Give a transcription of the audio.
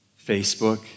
Facebook